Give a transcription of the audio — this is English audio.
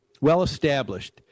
Well-established